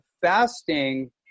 fasting